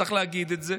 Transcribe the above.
צריך להגיד את זה,